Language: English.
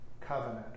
covenant